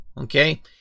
Okay